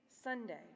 Sunday